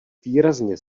výrazně